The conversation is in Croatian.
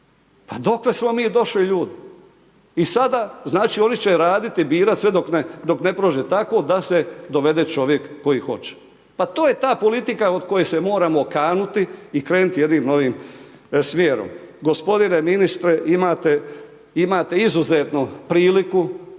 Pa dokle smo mi došli ljudi? I sada znači oni će radit, birat sve dok ne prođe tako da se dovede čovjek koji hoće. Pa to je ta politika od koje se moramo kanuti i krenuti jednim novim smjerom. Gospodine ministre imate izuzetnu priliku